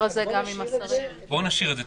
נשאיר את זה.